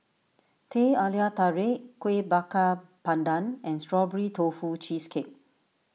Teh Halia Tarik Kuih Bakar Pandan and Strawberry Tofu Cheesecake